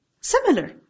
similar